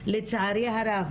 לצערי הרב,